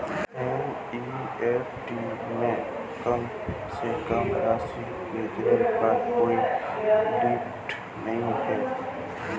NEFT में कम से कम राशि भेजने पर कोई लिमिट नहीं है